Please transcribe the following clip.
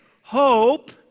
hope